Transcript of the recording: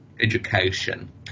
education